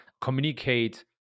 Communicate